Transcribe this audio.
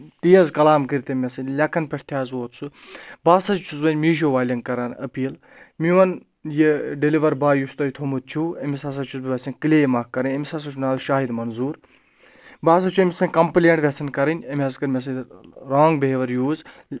تیز کَلام کٔرۍ تٔمۍ مےٚ سۭتۍ لیکَن پؠٹھ تہِ حظ ووت سُہ بہٕ ہَسا چھُس وۄنۍ میٖشو والٮ۪ن کَران أپیٖل میون یہِ ڈیلِور باے یُس تۄہہِ تھوٚمُت چھُو أمِس ہَسا چھُس بہٕ وَسن کٕلیم اکھ کَرٕنۍ أمِس ہَسا چھُ ناو شاہد منظوٗر بہٕ ہَسا چھُ أمِس سۭتۍ کَمپٕلینٹ وَسَن کَرٕنۍ أمۍ حظ کٔر مےٚ سۭتۍ رانٛگ بِہیوَر یوٗز